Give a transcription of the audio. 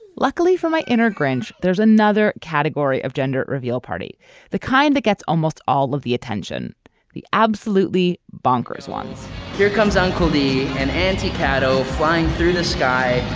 luckily for my inner grinch there's another category of gender reveal party the kind that gets almost all of the attention the absolutely bonkers ones here comes uncle the antique shadow flying through the sky.